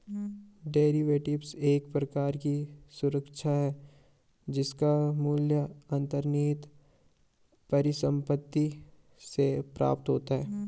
derivatives एक प्रकार की सुरक्षा है जिसका मूल्य अंतर्निहित परिसंपत्ति से प्राप्त होता है